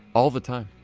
all the time.